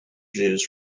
jews